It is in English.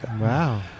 Wow